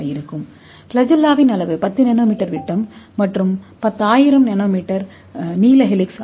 ஃபிளாஜெல்லாவின் அளவு 10nm விட்டம் மற்றும் 10000 என்எம் நீள ஹெலிக்ஸ் ஆகும்